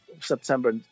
September